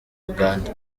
uganda